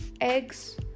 eggs